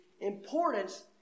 importance